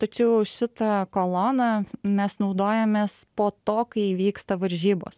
tačiau šitą koloną mes naudojamės po to kai vyksta varžybos